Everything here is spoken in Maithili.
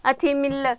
अथी मिललइ